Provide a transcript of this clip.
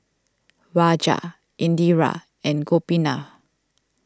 Raja Indira and Gopinath